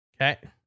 Okay